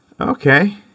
Okay